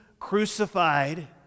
Crucified